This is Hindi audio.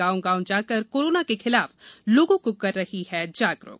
गांव गांव जाकर कोरोना के खिलाफ लोगों को कर रही जागरुक